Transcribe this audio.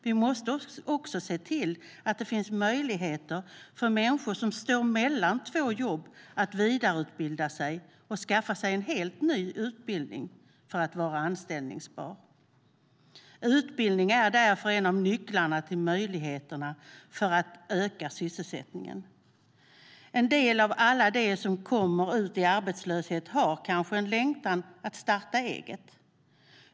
Vi måste också se till att det finns möjligheter för människor som står mellan två jobb att vidareutbilda sig och skaffa sig en helt ny utbildning för att vara anställbara. Utbildning är därför en av nycklarna till att öka sysselsättningen. En del av alla dem som hamnar i arbetslöshet har kanske en längtan att starta eget.